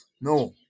No